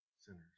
sinners